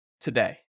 today